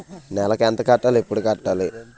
నెలకు ఎంత కట్టాలి? ఎప్పుడు కట్టాలి?